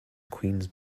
queens